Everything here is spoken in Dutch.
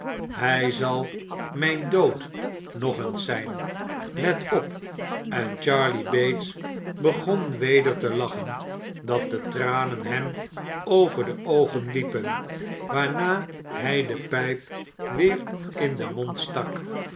hij zal mijn dood nog zijn let op en charley bates begon weder te lachen dat de tranen hem over de oogen liepen waarna hij de pijp weer in den mond stak